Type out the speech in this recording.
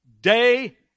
Day